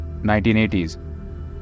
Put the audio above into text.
1980s